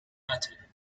latter